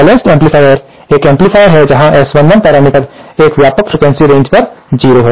एक संतुलित एम्पलीफायर एक एम्पलीफायर है जहां S11 पैरामीटर एक व्यापक फ्रीक्वेंसी रेंज पर 0 है